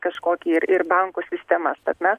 kažkokį ir ir bankų sistemas tad mes